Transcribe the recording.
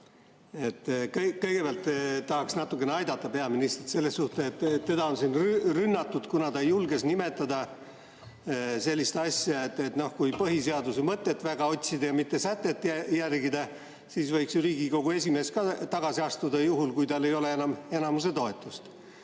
Kõigepealt tahaks natukene aidata peaministrit. Teda on siin rünnatud, kuna ta julges nimetada sellist asja, et kui põhiseaduse mõtet väga otsida ja mitte sätet järgida, siis võiks ju Riigikogu esimees ka tagasi astuda, juhul kui tal ei ole enam enamuse toetust.